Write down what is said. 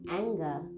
anger